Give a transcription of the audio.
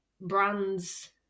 brands